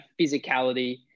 physicality